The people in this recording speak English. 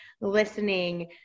listening